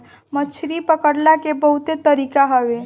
मछरी पकड़ला के बहुते तरीका हवे